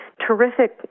terrific